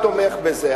שר התחבורה תומך בזה.